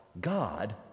God